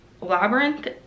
labyrinth